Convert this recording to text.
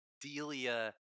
Delia